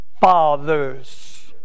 fathers